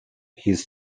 his